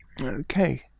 Okay